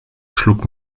schlug